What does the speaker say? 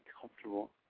comfortable